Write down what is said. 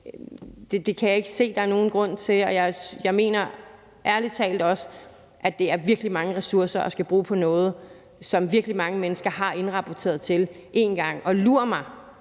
kan jeg ikke se, at der er nogen grund til det. Jeg mener ærlig talt også, at det er virkelig mange ressourcer at skulle bruge på noget, som virkelig mange mennesker har indrapporteret om en gang. Og lur mig,